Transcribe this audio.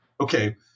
okay